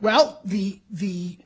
well the the